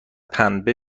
پنبه